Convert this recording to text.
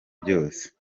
byose